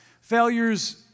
failures